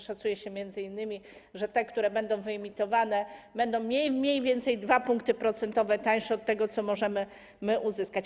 Szacuje się m.in., że te, które będą wyemitowane, będą mniej więcej 2 punkty procentowe tańsze od tego, co możemy my uzyskać.